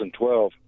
2012